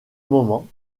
moment